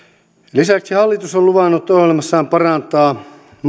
lisäksi hallitus on on luvannut ohjelmassaan parantaa